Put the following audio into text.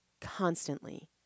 constantly